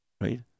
right